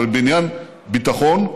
אבל בעניין ביטחון,